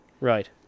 Right